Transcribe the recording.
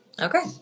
Okay